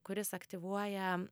kuris aktyvuoja